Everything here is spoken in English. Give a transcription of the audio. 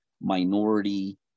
minority